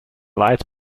light